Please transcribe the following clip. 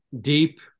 deep